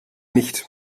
nicht